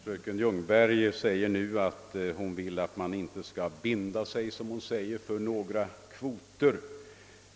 Fröken Ljungberg säger att hon vill att man inte skall binda sig för några kvoter.